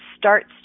starts